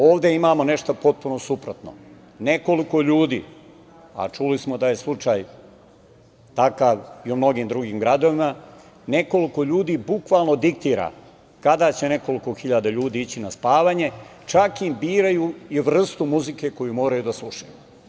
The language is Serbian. Ovde imamo nešto potpuno suprotno, nekoliko ljudi, a čuli smo da je slučaj takav i u mnogim drugim gradovima, nekoliko ljudi, bukvalno diktira kada će nekoliko hiljada ljudi ići na spavanje, čak im biraju i vrstu muzike koju moraju da slušaju.